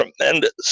tremendous